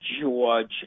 George